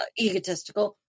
Egotistical